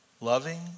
loving